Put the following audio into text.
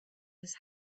his